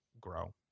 grow